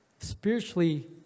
spiritually